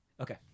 Okay